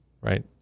right